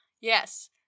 Yes